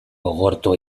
gogortu